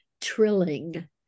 trilling